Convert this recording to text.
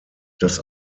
das